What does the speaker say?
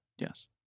Yes